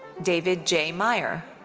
david jay meyer.